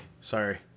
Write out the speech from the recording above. sorry